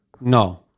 No